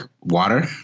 water